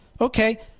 Okay